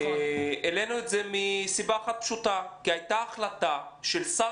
העלינו את זה מסיבה אחת פשוטה: כי הייתה החלטה של שר